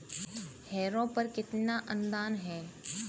Harrow पर कितना अनुदान है?